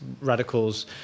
radicals